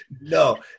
no